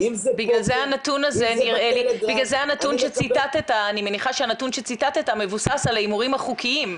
אני מניחה שהנתון שציטטת מבוסס על ההימורים החוקיים.